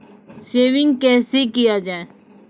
Saving कैसै किया जाय?